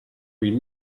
read